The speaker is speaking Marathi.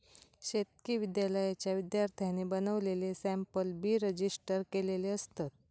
शेतकी विद्यालयाच्या विद्यार्थ्यांनी बनवलेले सॅम्पल बी रजिस्टर केलेले असतत